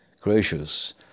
gracious